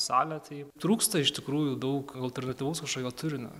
salę tai trūksta iš tikrųjų daug alternatyvaus kažkokio turinio